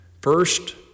First